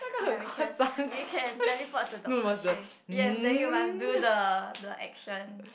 ya we can we can teleport to doctor strange yes then we must do the the action